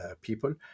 people